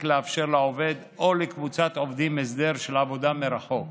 לאפשר לעובד או לקבוצת עובדים הסדר של עבודה מרחוק.